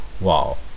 wow